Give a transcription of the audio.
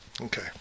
Okay